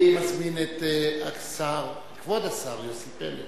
אני מזמין את כבוד השר יוסי פלד